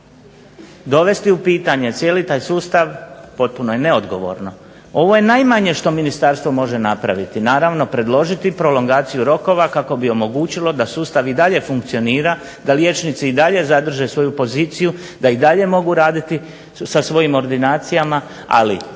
Dovesti u pitanje cijeli taj sustav potpuno je neodgovorno. Ovo je najmanje što ministarstvo može napraviti, naravno predložiti prolongaciju rokova kako bi omogućilo da sustav i dalje funkcionira, da liječnici i dalje zadrže svoju poziciju, da i dalje mogu raditi sa svojim ordinacijama, ali